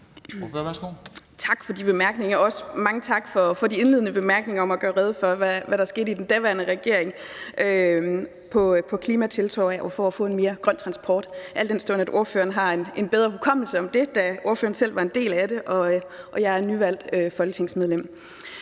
Tak for de bemærkninger, og også mange tak for de indledende bemærkninger, hvor der blev gjort rede for, hvad der skete i den daværende regering på klimatiltag og for at få en mere grøn transport, al den stund at ordføreren har en bedre hukommelse om det, da ordføreren selv var en del af det og jeg er nyvalgt folketingsmedlem.